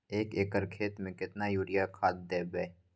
एक एकर खेत मे केतना यूरिया खाद दैबे?